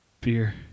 beer